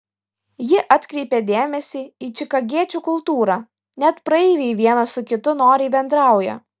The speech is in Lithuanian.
ji atkreipė dėmesį į čikagiečių kultūrą net praeiviai vienas su kitu noriai bendrauja